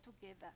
together